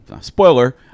spoiler